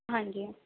ਹਾਂਜੀ